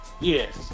Yes